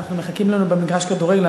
מחכים לנו במגרש הכדורגל,